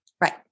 Right